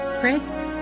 Chris